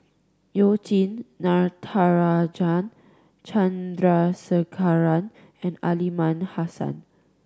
You Jin Natarajan Chandrasekaran and Aliman Hassan